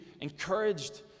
encouraged